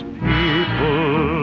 people